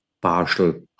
partial